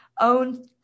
own